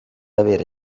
avere